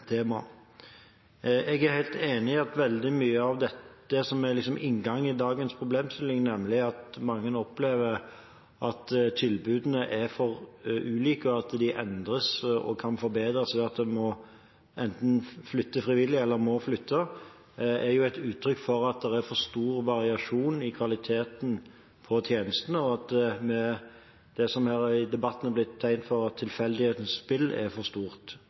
Jeg er helt enig i at veldig mye av det som er inngangen til dagens problemstilling, nemlig at mange opplever at tilbudene er for ulike, og at de endres og kan forbedres ved at en enten flytter frivillig eller må flytte, er uttrykk for at det er for stor variasjon i kvaliteten på tjenestene, og at det som her i debatten er blitt betegnet som «tilfeldighetenes spill», er for stort.